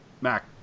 Mac